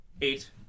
eight